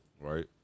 Right